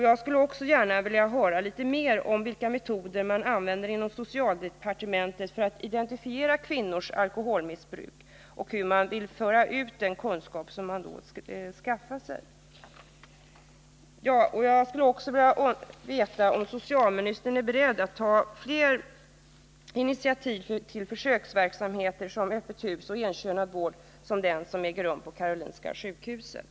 Jag skulle också vilja höra litet mer om vilka metoder man använder inom socialdepartementet för att identifiera kvinnors alkoholmissbruk och hur man vill föra ut den kunskap som man då har skaffat sig. Vidare skulle jag vilja veta, om socialministern är beredd att ta fler initiativ till försöksverksamhet med öppet hus och enkönad vård av det slag som förekommer på Karolinska sjukhuset.